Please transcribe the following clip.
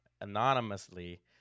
anonymously